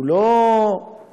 הוא לא עדין